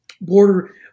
border